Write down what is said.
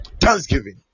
thanksgiving